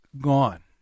gone